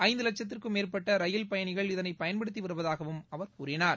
ஐந்து லட்சத்திற்கும் மேற்பட்ட ரயில் பயணிகள் இதனை பயன்படுத்தி வருவதாகவும் அவர் கூறினார்